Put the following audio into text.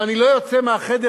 ואני לא יוצא מהחדר,